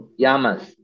Yamas